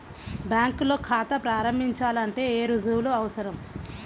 బ్యాంకులో ఖాతా ప్రారంభించాలంటే ఏ రుజువులు అవసరం?